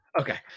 Okay